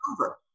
over